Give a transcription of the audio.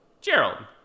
Gerald